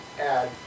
add